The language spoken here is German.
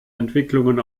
entwicklungen